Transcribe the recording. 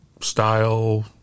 style